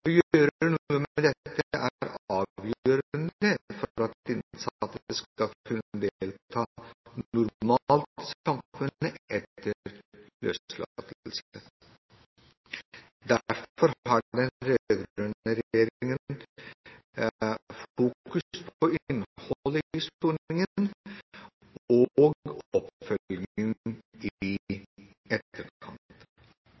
Å gjøre noe med dette er avgjørende for at innsatte skal kunne delta normalt i samfunnet etter løslatelse. Derfor har den rød-grønne regjeringen fokus på innholdet i soningen og oppfølgingen i